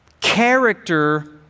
Character